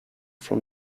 from